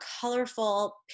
colorful